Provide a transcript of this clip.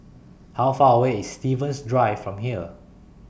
How Far away IS Stevens Drive from here